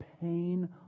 pain